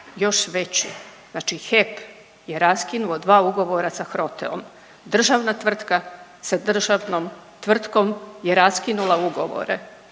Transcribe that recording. još već znači HEP je raskinuo dva ugovora sa HROTE-om, državna tvrtka sa državnom tvrtkom je raskinula ugovore